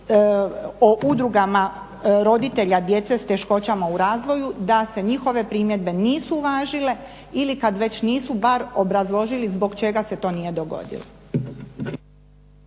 o udrugama roditelja djece s teškoćama u razvoju, da se njihove primjedbe nisu uvažile ili kad već nisu bar obrazložili zbog čega se to nije dogodilo.